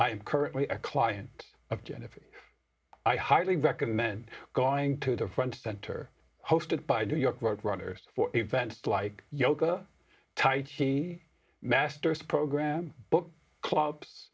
i'm currently a client of jennifer i highly recommend going to the front center hosted by new york road runners for events like yoga type she masters program book clubs